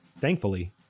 thankfully